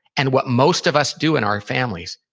and what most of us do in our families,